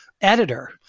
editor